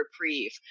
reprieve